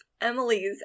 Emily's